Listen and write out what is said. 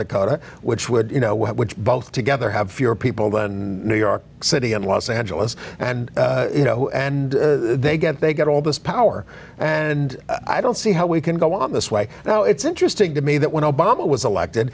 dakota which would you know which both together have fewer people than new york city and los angeles and you know and they get they get all this power and i don't see how we can go on this way you know it's interesting to me that when obama was elected